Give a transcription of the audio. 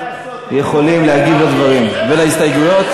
יכולים להגיב על דברים ועל הסתייגויות.